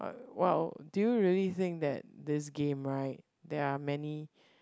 !wow! do you really think that this game right there are many